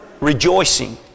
rejoicing